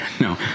No